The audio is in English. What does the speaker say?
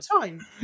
time